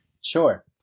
Sure